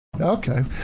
Okay